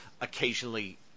occasionally